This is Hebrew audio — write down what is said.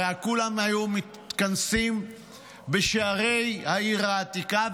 הרי כולם היו מתכנסים בשערי העיר העתיקה,